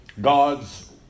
God's